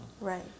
Right